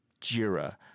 Jira